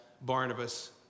Barnabas